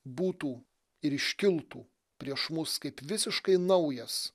būtų ir iškiltų prieš mus kaip visiškai naujas